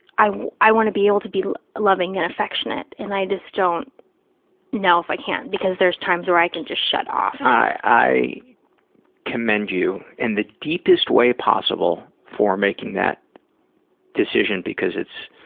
i i want to be able to be loving and affectionate, and i just don't know if i can because there's times where i can just shut off. i i commend you in the deepest way possible for making that decision because it's,